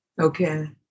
okay